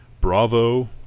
Bravo